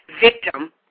victim